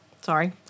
sorry